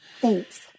Thanks